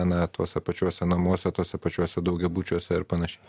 na tuose pačiuose namuose tuose pačiuose daugiabučiuose ir panašiai